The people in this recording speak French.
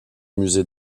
musée